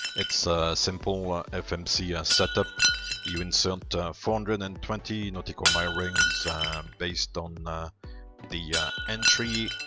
it's a simple fmc setup you insert four hundred and twenty nautical mile rings based on the the yeah entry,